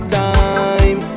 time